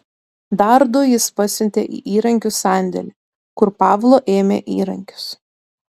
dar du jis pasiuntė į įrankių sandėlį kur pavlo ėmė įrankius